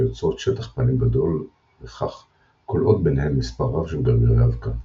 היוצרות שטח פנים גדול וכך כולאות ביניהן מספר רב של גרגרי אבקה.